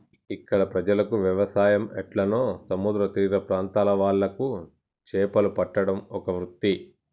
ఇక్కడ ప్రజలకు వ్యవసాయం ఎట్లనో సముద్ర తీర ప్రాంత్రాల వాళ్లకు చేపలు పట్టడం ఒక వృత్తి